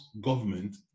government